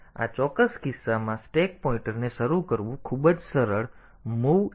અને આ ચોક્કસ કિસ્સામાં સ્ટેક પોઇન્ટરને શરૂ કરવું ખૂબ જ સરળ mov sp2Fh છે